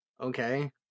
okay